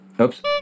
Oops